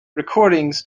recordings